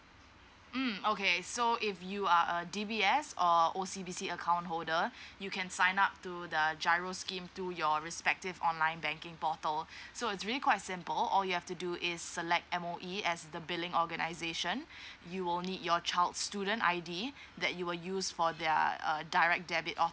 mm okay so if you are a D B S or O C B C account holder you can sign up to the giro scheme to your respective online banking portal so it's really quite simple all you have to do is select M_O_E as the billing organisation you will need your child's student I D that you will use for their err direct debit authorisation